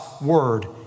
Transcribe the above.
Word